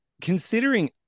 considering